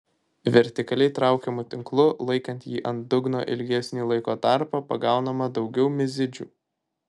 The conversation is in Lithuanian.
vertikaliai traukiamu tinklu laikant jį ant dugno ilgesnį laiko tarpą pagaunama daugiau mizidžių